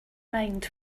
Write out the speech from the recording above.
mind